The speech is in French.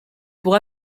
pour